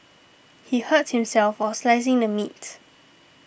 he hurt himself while slicing the meat